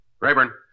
Rayburn